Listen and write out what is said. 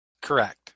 Correct